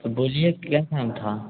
तो बोलिए क्या काम था